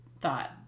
thought